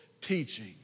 teaching